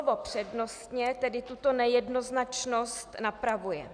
Slovo přednostně tedy tuto nejednoznačnost napravuje.